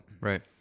Right